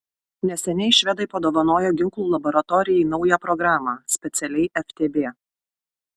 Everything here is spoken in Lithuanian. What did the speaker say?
neseniai švedai padovanojo ginklų laboratorijai naują programą specialiai ftb